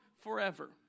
forever